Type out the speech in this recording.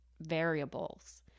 variables